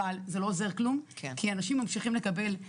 אבל זה לא עוזר כלום, כי אנשים ממשיכים לקבל.